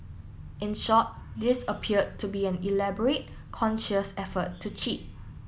in short this appeared to be an elaborate conscious effort to cheat